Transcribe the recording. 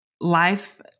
life